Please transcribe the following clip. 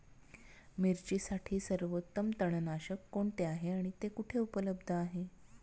मिरचीसाठी सर्वोत्तम तणनाशक कोणते आहे आणि ते कुठे उपलब्ध आहे?